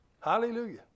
Hallelujah